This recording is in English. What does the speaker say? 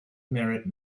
merit